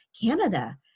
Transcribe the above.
Canada